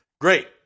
Great